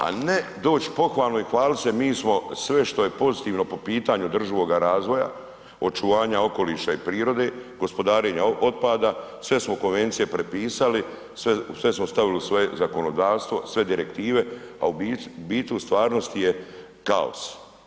A ne doći pohvalno i hvaliti se, mi smo, sve što je pozitivno po pitanju održivog razvoja, očuvanja okoliša i prirode, gospodarenja otpada, sve smo konvencije prepisali, sve smo stavili u svoje zakonodavstvo, sve direktive, a u biti u stvarnosti je kaos.